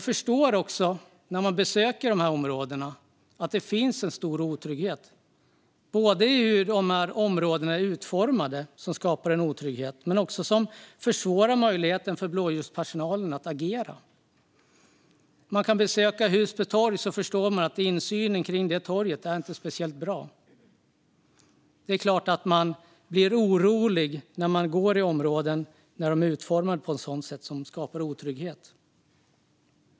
Efter att ha besökt dessa områden förstår jag att det finns en stor otrygghet. Det handlar om hur områdena är utformade, vilket också försvårar för blåljuspersonal att agera. Besöker man Husby torg förstår man att insynen där inte är särskilt bra, och det är klart att man blir orolig i områden som är utformade så att de skapar otrygghet.